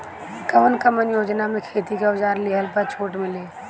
कवन कवन योजना मै खेती के औजार लिहले पर छुट मिली?